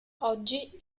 oggi